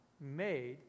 made